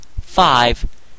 five